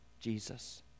Jesus